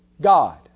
God